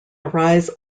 arise